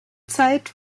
zeit